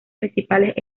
principales